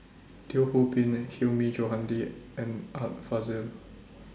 Teo Ho Pin and Hilmi Johandi and Art Fazil